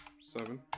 Seven